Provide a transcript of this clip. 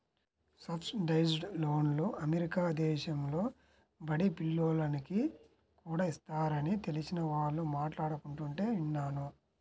subsidised లోన్లు America దేశంలో బడి పిల్లోనికి కూడా ఇస్తారని తెలిసిన వాళ్ళు మాట్లాడుకుంటుంటే విన్నాను